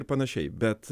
ir panašiai bet